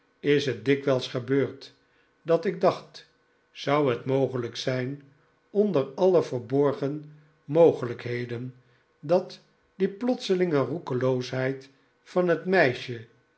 is het dikwijls gebeurd dat ik dacht zou het mogelijk zijn onder alle verborgen mogelijkheden dat die plotselinge roekeloosheid van het meisje